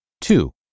Two